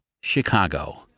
Chicago